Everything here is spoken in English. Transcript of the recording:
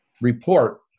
report